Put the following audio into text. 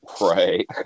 Right